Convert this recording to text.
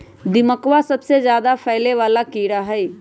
दीमकवा सबसे ज्यादा फैले वाला कीड़ा हई